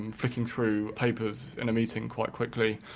and flicking through papers in a meeting quite quickly,